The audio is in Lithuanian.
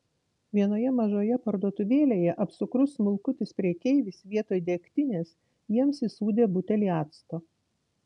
vienoje mažoje parduotuvėlėje apsukrus smulkutis prekeivis vietoj degtinės jiems įsūdė butelį acto